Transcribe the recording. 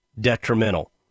detrimental